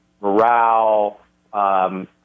morale